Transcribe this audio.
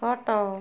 ଖଟ